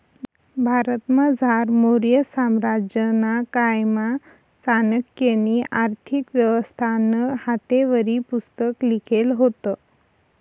भारतमझार मौर्य साम्राज्यना कायमा चाणक्यनी आर्थिक व्यवस्थानं हातेवरी पुस्तक लिखेल व्हतं